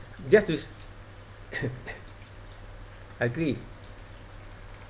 just to agreed